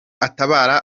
atabara